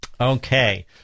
Okay